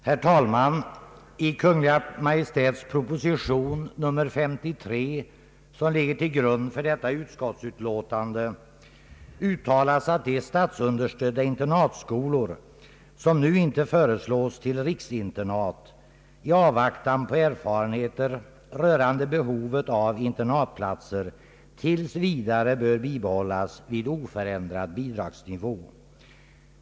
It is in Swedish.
Herr talman! I Kungl. Maj:ts proposition nr 53, som ligger till grund för förevarande utskottsutlåtande, uttalas att de statsunderstödda internatskolor, som inte föreslås till riksinternatskolor, i avvaktan på erfarenheter rörande behovet av internatplatser tills vidare bör bibehållas vid oförändrad bidragsnivå.